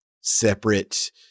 separate